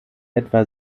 etwa